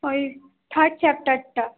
ওই থার্ড চ্যাপ্টারটা